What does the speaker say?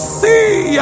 see